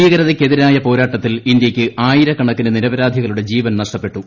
ഭീകരതയ്ക്കെതിരായ പോരാട്ടത്തിൽ ഇന്ത്യക്ക് ആയിരക്കണക്കിന് നിരപരാധികളുടെ ജീവൻ നഷ്ടപ്പെട്ടു